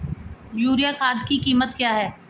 Urea खाद की कीमत क्या है?